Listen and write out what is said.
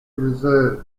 reserve